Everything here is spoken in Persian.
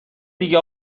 دیگه